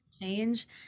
Change